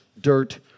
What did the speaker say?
dirt